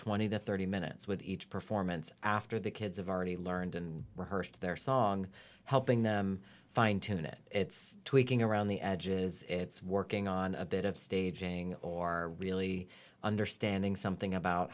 twenty to thirty minutes with each performance after the kids have already learned and rehearsed their song helping them fine tune it it's tweaking around the edges it's working on a bit of staging or really understanding something about